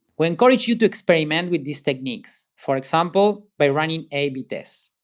we encourage you to experiment with these techniques, for example by running a b tests,